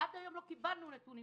עד היום לא קיבלנו נתונים.